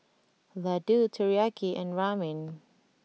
Ladoo Teriyaki and Ramen